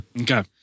Okay